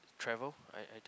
travel I I think